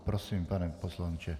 Prosím, pane poslanče.